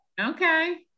Okay